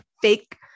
fake